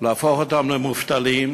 להפוך אותם למובטלים,